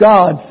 God